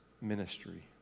ministry